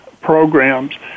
programs